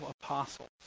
apostles